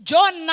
John